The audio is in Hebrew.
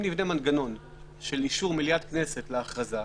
אם נבנה מנגנון שלאישור מליאת כנסת להכרזה,